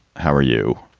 how are you?